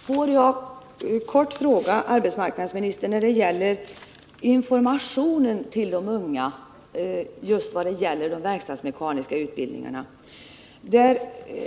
Herr talman! Får jag helt kort ställa en fråga till arbetsmarknadsministern 53 om informationen till de unga just i de verkstadsmekaniska utbildningarna. Där